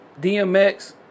DMX